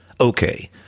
Okay